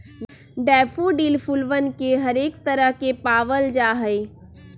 daffodil फूलवन के हरेक तरह के पावल जाहई